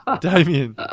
Damien